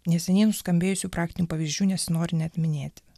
neseniai nuskambėjusių praktinių pavyzdžių nesinori net minėti